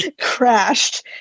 crashed